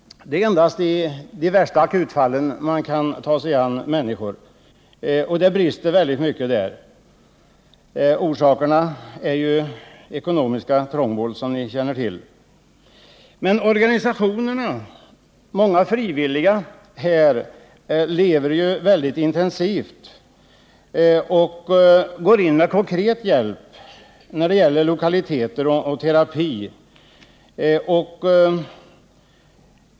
Det är endast de värsta akutfallen man kan ta sig an, och det brister mycket där. Orsaken är, som ni känner till, ekonomiskt trångmål. Men många frivilliga organisationer lever väldigt intensivt och går in med konkret hjälp när det gäller lokaliteter och terapi.